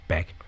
Back